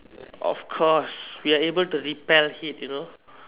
of course we are able to repel heat you know